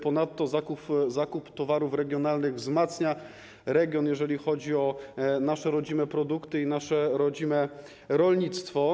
Ponadto zakup towarów regionalnych wzmacnia region, jeżeli chodzi o nasze rodzime produkty i nasze rodzime rolnictwo.